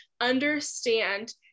understand